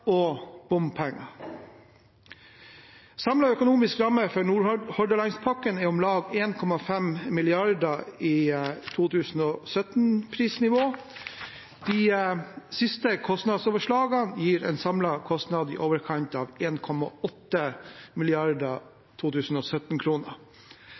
og bompenger. Samlet økonomisk ramme for Nordhordlandspakken er på om lag 1,5 mrd. kr med 2017-prisnivå. De siste kostnadsoverslagene gir en samlet kostnad på i overkant av